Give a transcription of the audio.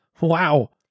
wow